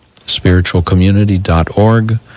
Spiritualcommunity.org